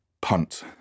punt